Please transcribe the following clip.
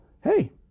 hey